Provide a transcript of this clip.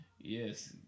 Yes